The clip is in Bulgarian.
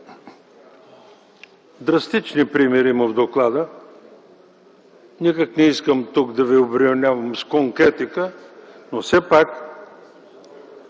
Драстични примери има в доклада, никак не искам тук да ви обременявам с конкретика, но все пак: